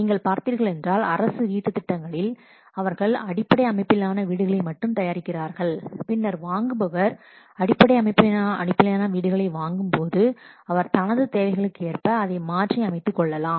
நீங்கள் பார்த்தீர்கள் என்றால் அரசு வீட்டுத் திட்டங்களில் அவர்கள் அடிப்படை அமைப்பிலான வீடுகளை மட்டுமே தயாரிக்கிறார்கள் பின்னர் வாங்குபவர் அடிப்படை அமைப்பிலான வீடுகளை வாங்கும்போது அவர் தனது தேவைகளுக்கு ஏற்ப அதைத் மாற்றி அமைத்துக் கொள்ளலாம்